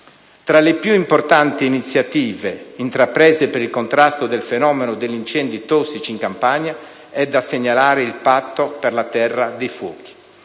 Tra le più importanti iniziative intraprese per il contrasto del fenomeno degli incendi tossici in Campania, è da segnalare il patto per la terra dei fuochi,